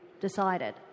decided